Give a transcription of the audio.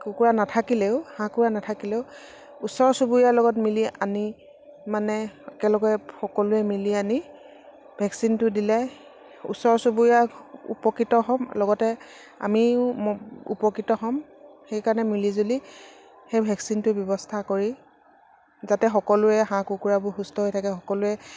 কুকুৰা নাথাকিলেও হাঁহ কুকুৰা নাথাকিলেও ওচৰ চুবুৰীয়াৰ লগত মিলি আনি মানে একেলগে সকলোৱে মিলি আনি ভেকচিনটো দিলে ওচৰ চুবুৰীয়া উপকৃত হ'ম লগতে আমিও উপকৃত হ'ম সেইকাৰণে মিলি জুলি সেই ভেকচিনটোৰ ব্যৱস্থা কৰি যাতে সকলোৱে হাঁহ কুকুৰাবোৰ সুস্থ হৈ থাকে সকলোৱে